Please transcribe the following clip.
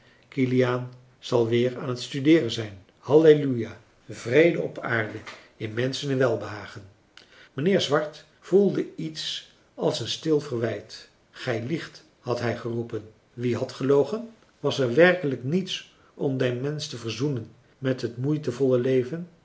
zal weer aan het studeeren zijn halleluja vrede op aarde in menschen een welbehagen mijnheer swart voelde iets als een stil verwijt gij liegt had hij geroepen wie had gelogen was er werkelijk niets om den mensch te verzoenen met het moeitevolle leven